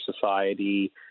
Society